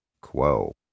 quo